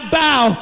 bow